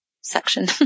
section